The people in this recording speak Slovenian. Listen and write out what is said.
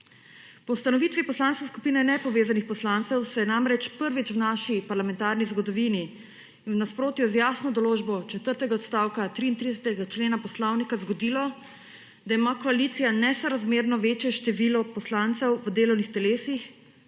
Po ustanovitvi Poslanske skupine Nepovezanih poslancev se je namreč prvič v naši parlamentarni zgodovini in v nasprotju z jasno določbo četrtega odstavka 33. člena Poslovnika zgodilo, da ima koalicija nesorazmerno večjo število poslancev v delovnih telesih